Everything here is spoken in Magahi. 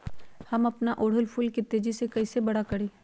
हम अपना ओरहूल फूल के तेजी से कई से बड़ा करी?